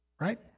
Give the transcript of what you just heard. Right